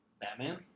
Batman